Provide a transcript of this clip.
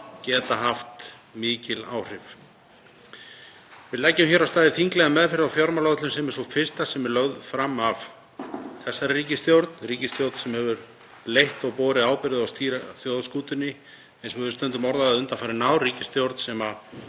geta haft mikil áhrif. Við leggjum af stað í þinglega meðferð á fjármálaáætlun sem er sú fyrsta sem er lögð fram af þessari ríkisstjórn, ríkisstjórn sem hefur leitt og borið ábyrgð á að stýra þjóðarskútunni, eins og við höfum stundum orðað það undanfarin ár, ríkisstjórn sem